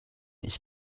ich